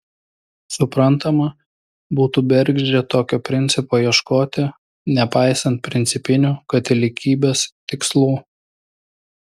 suprantama būtų bergždžia tokio principo ieškoti nepaisant principinių katalikybės tikslų